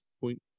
point